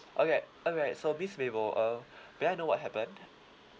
okay okay so miss mabel uh may I know what happened